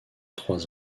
trois